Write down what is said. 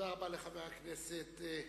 תודה רבה לחבר הכנסת ברכה.